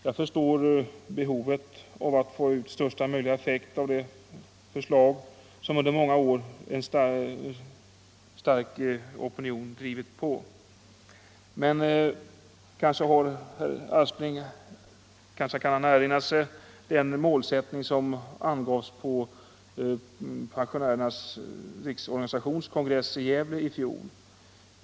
Jag förstår behovet av att få ut största möjliga effekt av de förslag som under många år en stark opinion drivit fram. Men kanske herr Aspling erinrar sig den målsättning som angavs på Pensionärernas riksorganisations kongress i Gävle i fjol?